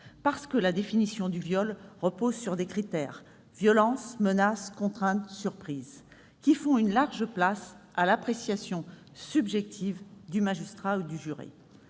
Parce que la définition du viol repose sur des critères- violence, menace, contrainte, surprise -qui font une large place à l'appréciation subjective du magistrat ou du juré.